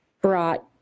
brought